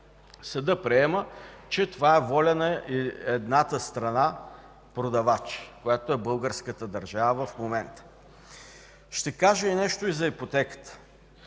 Съдът приема, че това е воля на едната страна – продавач, която е българската държава в момента. Ще кажа нещо и за ипотеката.